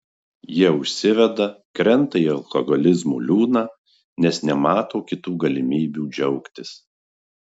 jie užsiveda krenta į alkoholizmo liūną nes nemato kitų galimybių džiaugtis